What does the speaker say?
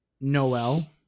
Noel